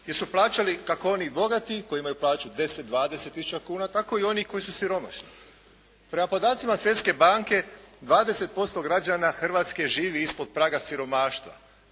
jer su plaćali kako oni bogati koji imaju plaću 10, 20 tisuća kuna tako i oni koji su siromašni. Prema podacima Svjetske banke 20% građana Hrvatske živi ispod praga siromaštva.